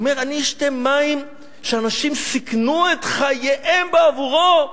הוא אומר: אני אשתה מים שאנשים סיכנו את חייהם בעבורו?